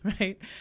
right